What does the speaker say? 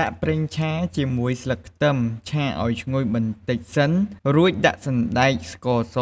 ដាក់ប្រេងឆាជាមួយស្លឹកខ្ទឹមឆាឱ្យឈ្ងុយបន្តិចសិន រួចដាក់សណ្តែក ស្ករស